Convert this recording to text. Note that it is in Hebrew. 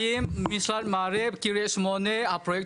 בקריית שמונה.